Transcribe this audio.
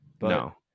No